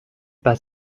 pas